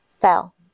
fell